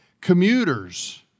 commuters